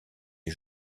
est